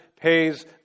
pays